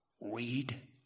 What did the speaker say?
Read